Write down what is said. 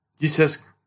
Jesus